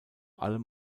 allem